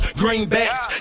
greenbacks